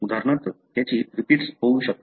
उदाहरणार्थ त्याची रिपीट्स होऊ शकते